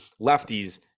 Lefties